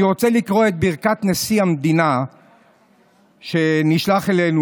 אני רוצה לקרוא את ברכת נשיא המדינה שנשלחה אלינו,